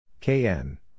Kn